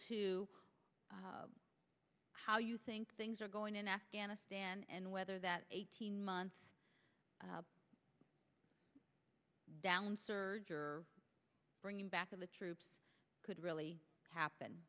to how you think things are going in afghanistan and whether that eighteen months down the surge or bringing back on the troops could really happen